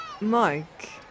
Mike